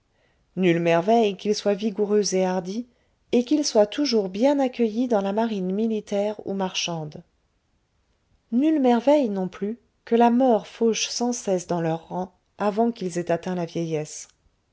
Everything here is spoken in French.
nulle merveille qu'ils soient vigoureux et hardis et qu'ils soient toujours bien accueillis dans la marine militaire ou marchande nulle merveille non plus que la mort fauche sans cesse dans leurs rangs avant qu'ils ait atteint la vieillesse